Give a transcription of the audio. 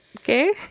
Okay